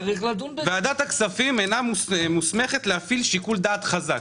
ועדת הכספים אינה מוסמכת להפעיל שיקול דעת חזק.